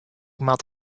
moat